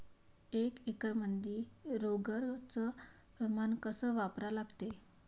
एक एकरमंदी रोगर च प्रमान कस वापरा लागते?